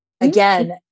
Again